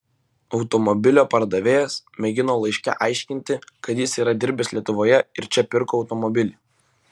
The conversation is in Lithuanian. automobilio pardavėjas mėgino laiške aiškinti kad jis yra dirbęs lietuvoje ir čia pirko automobilį